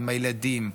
עם הילדים,